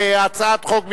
כהצעת חוק מקדמית,